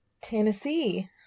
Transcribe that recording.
Tennessee